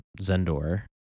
Zendor